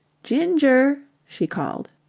ginger, she called.